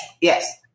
Yes